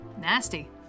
Nasty